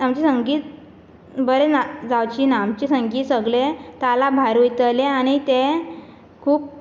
आमचें संगीत बरें ना जावचीना आमचें संगीत सगळें ताला भायर वयतलें आनी तें खूब